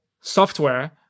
software